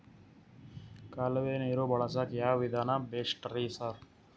ಕಾಲುವೆ ನೀರು ಬಳಸಕ್ಕ್ ಯಾವ್ ವಿಧಾನ ಬೆಸ್ಟ್ ರಿ ಸರ್?